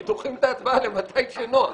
כי דוחים את ההצבעה למתי שנוח.